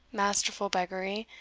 masterful beggary,